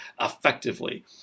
effectively